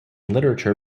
literature